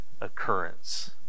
Occurrence